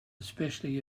especially